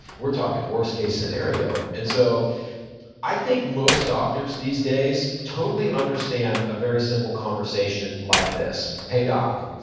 we're talking worst-case scenario. and so i think most doctors these days totally understand a very simple conversation like this. hey, doc.